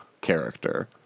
character